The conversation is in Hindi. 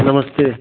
नमस्ते